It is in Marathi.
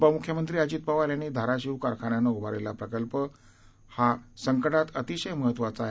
उपम्ख्यमंत्री अजित पवार यांनी धाराशिव कारखान्यानं उभारलेला प्रकल्प या संकटात अतिशय महत्वाचा आहे